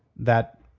that,